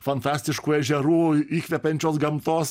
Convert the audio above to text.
fantastiškų ežerų įkvepiančios gamtos